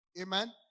Amen